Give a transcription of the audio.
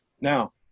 Now